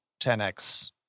10x